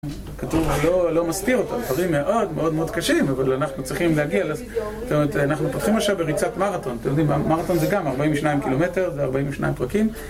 כתוב, לא מסתיר אותו, חברים מאוד מאוד מאוד קשים, אבל אנחנו צריכים להגיע זאת אומרת, אנחנו פותחים עכשיו ריצת מרתון, מרתון זה גם 42 קילומטר, זה 42 פרקים